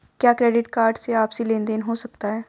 क्या credit card से आपसी लेनदेन हो सकता है?